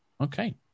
okay